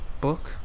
book